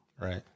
right